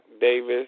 Davis